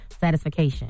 satisfaction